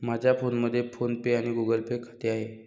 माझ्या फोनमध्ये PhonePe आणि गुगल पे खाते आहे